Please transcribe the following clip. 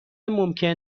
ممکن